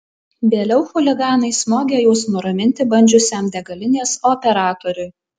vėliau chuliganai smogė juos nuraminti bandžiusiam degalinės operatoriui